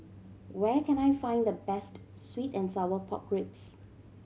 where can I find the best sweet and sour pork ribs